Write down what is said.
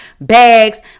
bags